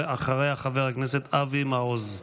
ואחריה חבר הכנסת אבי מעוז.